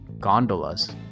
gondolas